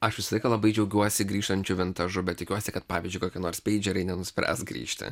aš visą laiką labai džiaugiuosi grįžtančiu vintažu bet tikiuosi kad pavyzdžiui kokie nors peidžeriai nenuspręs grįžti